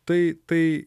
tai tai